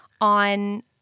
on